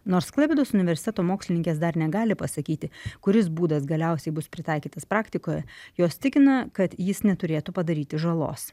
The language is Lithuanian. nors klaipėdos universiteto mokslininkės dar negali pasakyti kuris būdas galiausiai bus pritaikytas praktikoje jos tikina kad jis neturėtų padaryti žalos